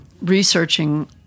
researching